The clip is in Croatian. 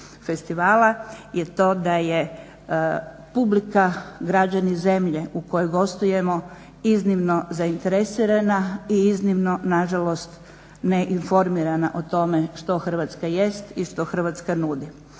je to da je publika građani zemlje u kojoj gostujemo iznimno zainteresirana i iznimno nažalost neinformirana o tome što Hrvatska jest i što Hrvatska nudi